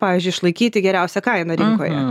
pavyzdžiui išlaikyti geriausią kainą rinkoje